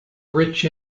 rich